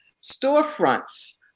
storefronts